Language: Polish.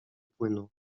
płynu